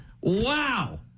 Wow